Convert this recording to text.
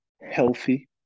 healthy